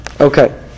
Okay